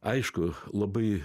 aišku labai